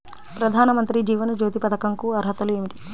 ప్రధాన మంత్రి జీవన జ్యోతి పథకంకు అర్హతలు ఏమిటి?